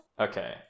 Okay